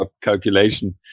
calculation